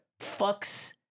fucks